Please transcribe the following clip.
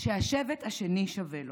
שהשבט השני שווה לו,